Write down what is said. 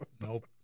nope